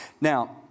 Now